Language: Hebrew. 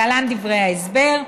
להלן דברי ההסבר: